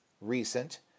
recent